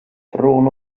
från